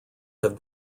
have